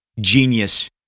genius